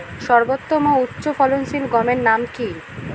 সর্বোত্তম ও উচ্চ ফলনশীল গমের নাম কি?